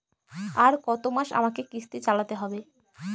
আর কতমাস আমাকে কিস্তি চালাতে হবে?